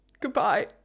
Goodbye